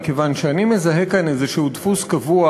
מכיוון שאני מזהה כאן איזשהו דפוס קבוע